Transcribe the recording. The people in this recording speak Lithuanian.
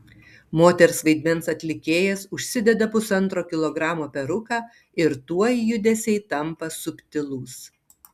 moters vaidmens atlikėjas užsideda pusantro kilogramo peruką ir tuoj judesiai tampa subtilūs